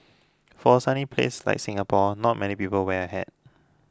for a sunny place like Singapore not many people wear a hat